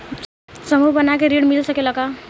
समूह बना के ऋण मिल सकेला का?